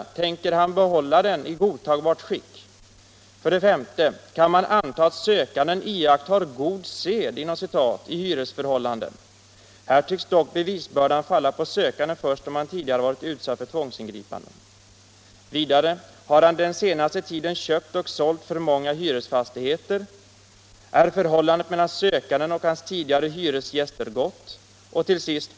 Tänker han hålla den i godtagbart skick? 10 december 1975 e. Kan man anta att sökanden iakttar ”god sed” i hyresförhållanden —-=--? Här tycks dock bevisbördan falla på sökanden först om han tidigare — Förvärv av varit utsatt för tvångsingripanden —--. hyresfastighet, f. Har han den senaste tiden köpt och sålt för många hyresfastigheter? — Mm.m. g. Är förhållandet mellan sökanden och hans tidigare hyresgäster ——- gott? h.